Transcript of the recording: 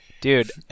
dude